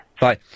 Bye